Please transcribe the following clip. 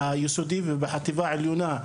ביסודי ובחטיבה העליונה,